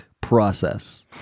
process